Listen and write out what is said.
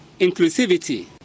inclusivity